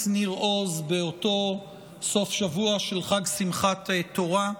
ניר עוז באותו סוף שבוע של חג שמחת תורה.